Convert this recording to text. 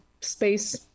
space